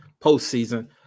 postseason